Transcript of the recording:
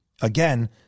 Again